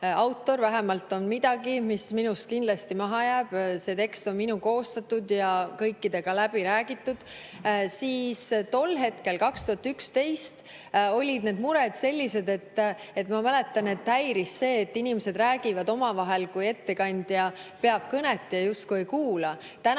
vähemalt on midagi, mis minust kindlasti maha jääb –, see tekst on minu koostatud ja kõikidega läbi räägitud. Tol ajal, 2011. [aastal] olid mured sellised, ma mäletan, et häiris see, et inimesed räägivad omavahel, kui ettekandja peab kõnet, ja justkui ei kuula.